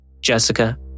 Jessica